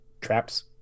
Traps